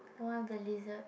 one of the lizards